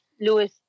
Lewis